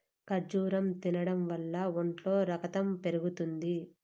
ఖర్జూరం తినడం వల్ల ఒంట్లో రకతం పెరుగుతుంది